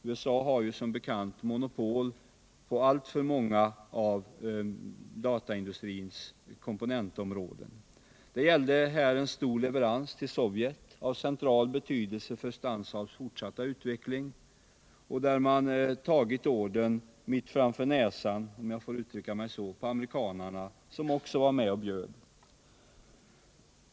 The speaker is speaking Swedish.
USA har som bekant monopol på alltför många av dataindustrins komponentområden. Det gällde en stor leverans till Sovjet, av central betydelse för Stansaabs fortsatta utveckling, där man tagit ordern mitt framför näsan på amerikanarna, som också hade lämnat in anbud.